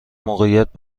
موقعیت